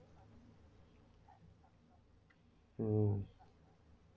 mm